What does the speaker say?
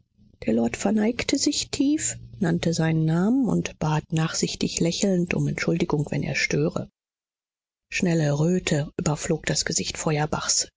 der lord verneigte sich tief nannte seinen namen und bat nachsichtig lächelnd um entschuldigung wenn er störe schnelle röte überflog das gesicht